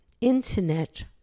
internet